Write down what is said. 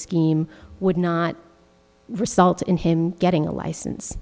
scheme would not result in him getting a license